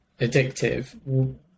addictive